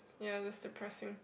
ya is depressing